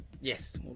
yes